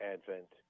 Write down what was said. Advent